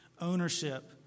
ownership